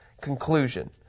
conclusion